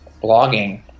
blogging